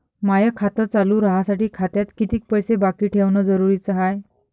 माय खातं चालू राहासाठी खात्यात कितीक पैसे बाकी ठेवणं जरुरीच हाय?